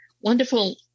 wonderful